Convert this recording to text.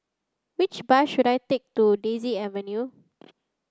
which bus should I take to Daisy Avenue